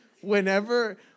whenever